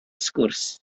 sgwrs